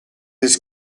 his